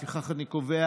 לפיכך, אני קובע